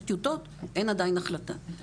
יש טיוטות, אין עדיין החלטה.